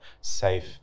safe